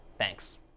Thanks